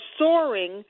soaring